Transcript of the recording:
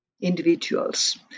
individuals